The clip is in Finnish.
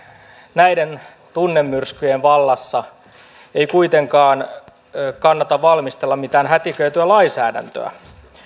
näiden tunnemyrskyjen vallassa ei kuitenkaan kannata valmistella mitään hätiköityä lainsäädäntöä